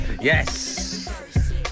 Yes